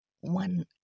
one